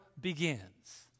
begins